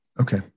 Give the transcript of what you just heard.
Okay